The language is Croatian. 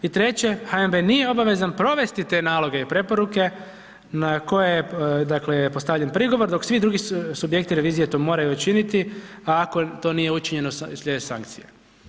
I treće, HNB nije obavezan provesti te naloge i preporuke na koje je dakle postavljen prigovor dok svi drugi subjekti revizije to moraju učiniti a ako to nije učinjeno slijede sankcije.